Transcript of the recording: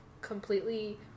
completely